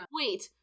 wait